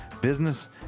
business